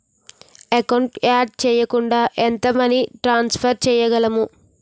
Account add చేయకుండా ఎంత money transfer చేయగలము?